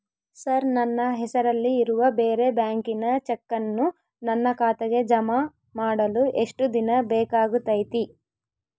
Sir ನನ್ನ ಹೆಸರಲ್ಲಿ ಇರುವ ಬೇರೆ ಬ್ಯಾಂಕಿನ ಚೆಕ್ಕನ್ನು ನನ್ನ ಖಾತೆಗೆ ಜಮಾ ಮಾಡಲು ಎಷ್ಟು ದಿನ ಬೇಕಾಗುತೈತಿ?